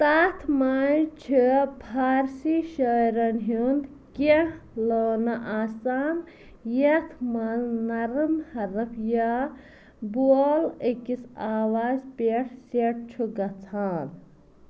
تتھ منٛز چھِ فارسی شعرَن ہُنٛد کیٚنٛہہ لٲنہٕ آسان یَتھ منٛز نرم حرف یا بول أکِس آوازِ پٮ۪ٹھ سٮ۪ٹ چھُ گژھان